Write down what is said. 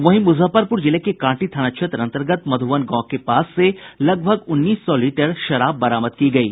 वहीं मुजफ्फरपुर जिले के कांटी थाना क्षेत्र अन्तर्गत मधुबन बांध के पास से लगभग उन्नीस सौ लीटर शराब बरामद की गयी